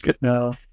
No